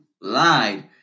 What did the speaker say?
lied